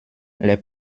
les